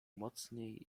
mocniej